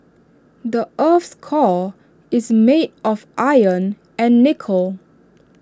the Earth's core is made of iron and nickel